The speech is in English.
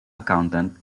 accountant